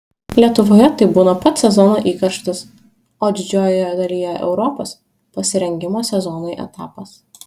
lietuvoje tai būna pats sezono įkarštis o didžiojoje dalyje europos pasirengimo sezonui etapas